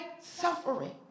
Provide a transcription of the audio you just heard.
suffering